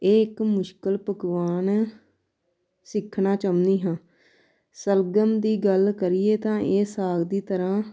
ਇਹ ਇੱਕ ਮੁਸ਼ਕਿਲ ਪਕਵਾਨ ਸਿੱਖਣਾ ਚਾਹੁੰਦੀ ਹਾਂ ਸ਼ਲਗਮ ਦੀ ਗੱਲ ਕਰੀਏ ਤਾਂ ਇਹ ਸਾਗ ਦੀ ਤਰ੍ਹਾਂ